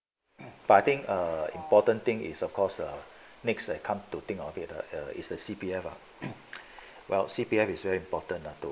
but I think err important thing is of course uh next uh come to think of theatre is the C_P_F ah well C_P_F is very important lah to